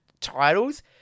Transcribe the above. titles